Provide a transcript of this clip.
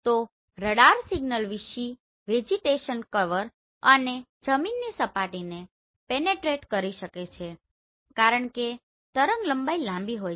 તો radar signal vegetation cover અને જમીનની સપાટીને પેનેટ્રેટ કરી શકે છે કારણ કે તરંગલંબાઇ લાંબી હોય છે